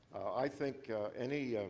i think any ah